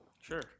sure